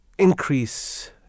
Increase